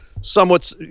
somewhat